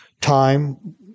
time